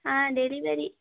ஆ delivery